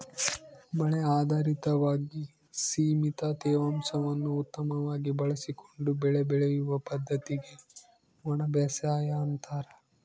ಮಳೆ ಆಧಾರಿತವಾಗಿ ಸೀಮಿತ ತೇವಾಂಶವನ್ನು ಉತ್ತಮವಾಗಿ ಬಳಸಿಕೊಂಡು ಬೆಳೆ ಬೆಳೆಯುವ ಪದ್ದತಿಗೆ ಒಣಬೇಸಾಯ ಅಂತಾರ